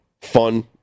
fun